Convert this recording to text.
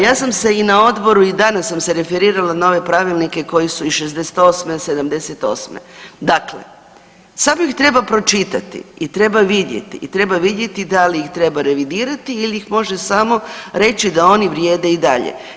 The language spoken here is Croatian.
Ja sam se i na odboru i danas sam se referirala na ove pravilnike koji su iz '68., '78., dakle samo ih treba pročitati i treba vidjeti i treba vidjeti da li ih treba revidirati ili ih može samo reći da oni vrijede i dalje.